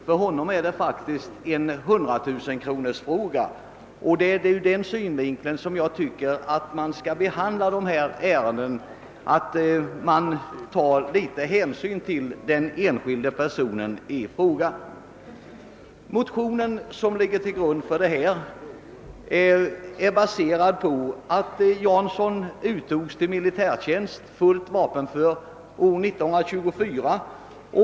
För honom är det faktiskt en hundratusenkronorsfråga, och det är ur den synvinkeln jag tycker att man skall behandla dessa ärenden; jag tycker man skall ta litet hänsyn till den enskilda människan. Jansson uttogs till militärtjänst fullt vapenför år 1924.